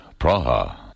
Praha